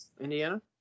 Indiana